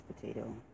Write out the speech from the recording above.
potato